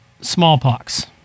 smallpox